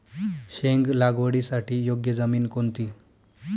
शेंग लागवडीसाठी योग्य जमीन कोणती?